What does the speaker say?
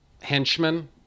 henchmen